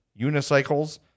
unicycles